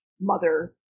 mother